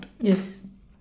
Yes